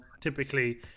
typically